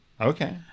okay